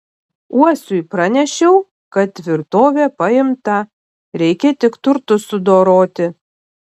uosiui pranešiau kad tvirtovė paimta reikia tik turtus sudoroti